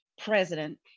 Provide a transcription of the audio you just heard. president